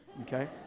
okay